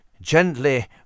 gently